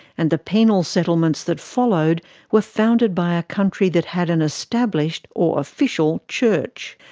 and the penal settlements that followed were founded by a country that had an established or official church.